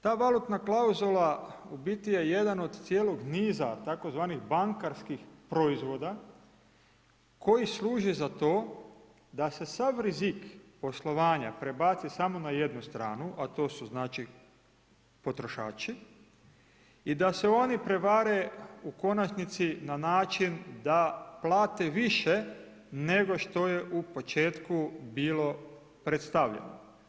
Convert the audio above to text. Ta valutna klauzula u biti je jedan od cijelog niza tzv. bankarskih proizvoda koji služe za to da se sav rizik poslovanja prebaci samo na jednu stranu, a to su, znači, potrošači i da se oni prevare u konačnici na način da plate više nego što je u početku bilo predstavljeno.